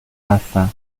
هستن